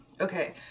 Okay